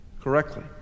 correctly